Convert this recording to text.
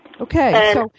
Okay